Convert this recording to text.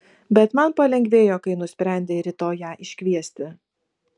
bet man palengvėjo kai nusprendei rytoj ją iškviesti